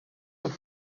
have